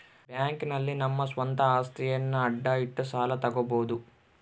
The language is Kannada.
ಬ್ಯಾಂಕ್ ನಲ್ಲಿ ನಮ್ಮ ಸ್ವಂತ ಅಸ್ತಿಯನ್ನ ಅಡ ಇಟ್ಟು ಸಾಲ ತಗೋಬೋದು